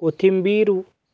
कोथिंबिर